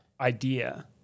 Idea